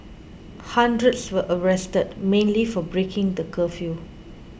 hundreds were arrested mainly for breaking the curfew